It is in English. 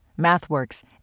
MathWorks